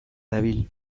dabil